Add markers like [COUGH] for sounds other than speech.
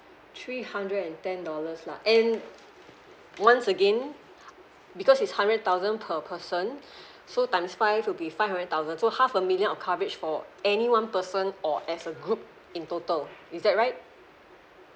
three hundred and ten dollars lah and once again because it's hundred thousand per person [BREATH] so times five will be five hundred thousand so half a million of coverage for any one person or as a group in total is that right